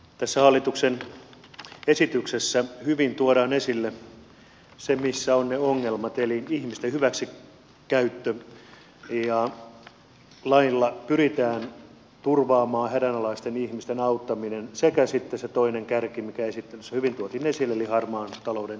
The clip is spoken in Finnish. tässä hallituksen esityksessä hyvin tuodaan esille se missä ovat ne ongelmat eli ihmisten hyväksikäyttö ja lailla pyritään turvaamaan hädänalaisten ihmisten auttaminen sekä sitten se toinen kärki mikä esittelyssä hyvin tuotiin esille eli harmaan talouden torjunta